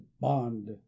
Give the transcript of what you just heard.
bond